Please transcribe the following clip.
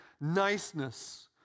niceness